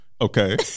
Okay